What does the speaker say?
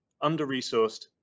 under-resourced